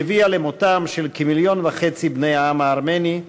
שהביאה למותם של כמיליון וחצי בני העם הארמני,